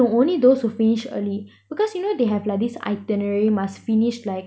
no only those who finished early because you know they have like this itinerary must finish like